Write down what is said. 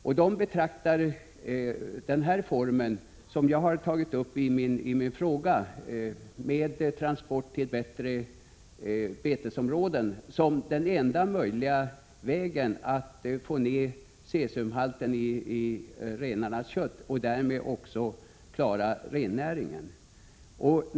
Transport till bättre betesområden, som jag har tagit upp i min fråga, betraktas av samerna som den enda möjliga vägen att få ned cesiumhalten i renarnas kött och därmed också klara rennäringen.